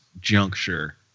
juncture